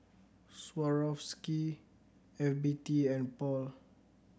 Swarovski F B T and Paul